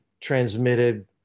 transmitted